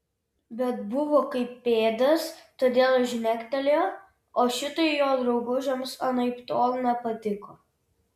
bet buvo kaip pėdas todėl žnektelėjo o šitai jo draugužiams anaiptol nepatiko